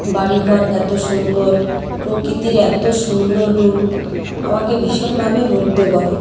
বাড়ি ঘর এত সুন্দর প্রকৃতির এত সুন্দর রূপ আমাকে ভীষণভাবে মুগ্ধ করে